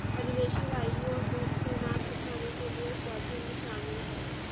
परिवेशी वायु और धूप से अनाज सुखाने के लिए स्वाथिंग शामिल है